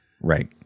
Right